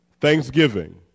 thanksgiving